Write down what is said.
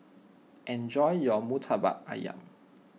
enjoy your Murtabak Ayam